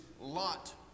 Lot